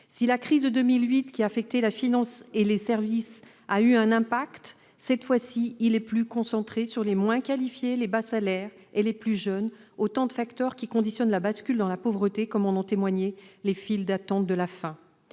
Si la crise de 2008, qui a affecté la finance et les services, a eu un impact sur la jeunesse, l'effet est, cette fois, plus concentré sur les moins qualifiés, sur les bas salaires et sur les plus jeunes, autant de facteurs qui conditionnent la bascule dans la pauvreté, comme en ont témoigné les files d'attente de la faim.